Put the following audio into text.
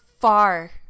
far